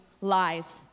lies